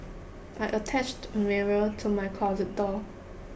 I attached a mirror to my closet door